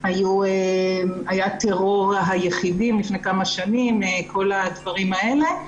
היה טרור היחידים לפני כמה שנים וכל הדברים האלה,